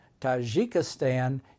Tajikistan